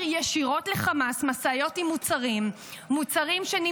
ישירות לחמאס משאיות עם מוצרים שנמכרים,